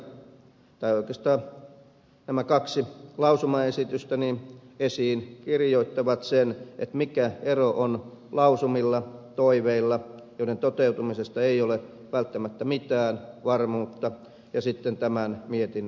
oikeastaan nämä kaksi lausumaesitystäni esiin kirjoittavat sen mikä ero on lausumilla toiveilla joiden toteutumisesta ei ole välttämättä mitään varmuutta ja sitten tämän mietinnön sisällöllä